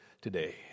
today